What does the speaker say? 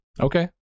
Okay